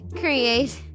Create